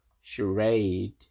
charade